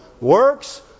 Works